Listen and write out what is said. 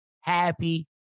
happy